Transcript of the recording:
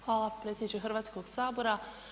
Hvala predsjedniče Hrvatskog sabora.